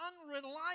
unreliable